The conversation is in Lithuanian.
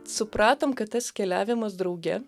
supratom kad tas keliavimas drauge